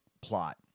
plot